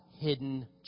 hidden